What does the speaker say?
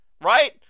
right